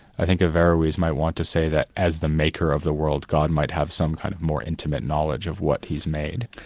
i think averroes might want to say that, as the maker of the world god might have some kind of more intimate knowledge of what he's made.